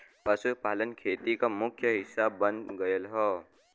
पशुपालन खेती के मुख्य हिस्सा बन गयल हौ